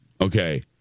Okay